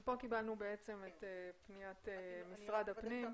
פה קבלנו את פניית משרד הפנים.